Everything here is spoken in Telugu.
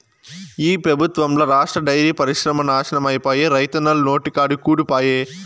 ఈ పెబుత్వంల రాష్ట్ర డైరీ పరిశ్రమ నాశనమైపాయే, రైతన్నల నోటికాడి కూడు పాయె